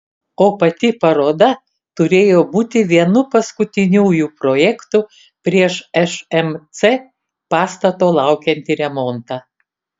o pati paroda turėjo būti vienu paskutiniųjų projektų prieš šmc pastato laukiantį remontą